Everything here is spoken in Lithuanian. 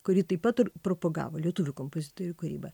kuri taip pat ir propagavo lietuvių kompozitorių kūrybą